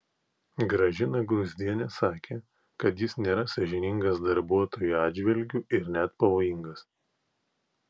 gražina gruzdienė sakė kad jis nėra sąžiningas darbuotojų atžvilgiu ir net pavojingas